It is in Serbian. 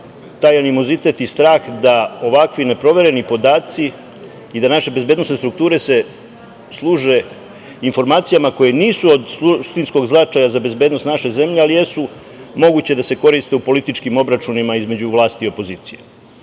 taj animozitet i strah da ovakvi neprovereni podaci i da se naše bezbednosne strukture služe informacijama koje nisu od suštinskog značaja za bezbednost naše zemlje, ali jesu moguće da se koriste u političkim obračunima između vlasti i opozicije.U